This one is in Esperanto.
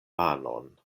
manon